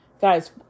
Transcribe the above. guys